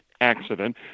accident